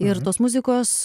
ir tos muzikos